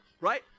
right